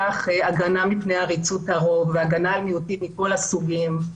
הגנה מפני עריצות הרוב והגנה על מיעוטים מכל הסוגים,